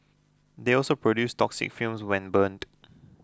they also produce toxic fumes when burned